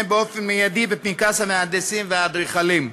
באופן מיידי בפנקס המהנדסים והאדריכלים.